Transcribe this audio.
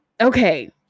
okay